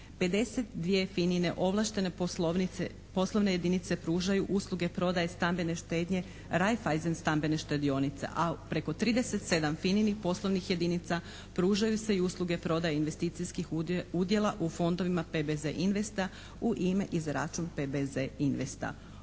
ovlaštene poslovnice, poslovne jedinice pružaju usluge prodaje stambene štednje, Raiffeisen stambene štedionice, a preko 37 FINA-nih poslovnih jedinica pružaju se i usluge prodaje investicijskih udjela u fondovima PBZ investa u ime i za račun PBZ investa.